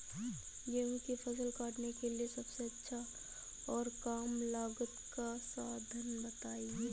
गेहूँ की फसल काटने के लिए सबसे अच्छा और कम लागत का साधन बताएं?